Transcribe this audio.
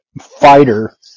fighter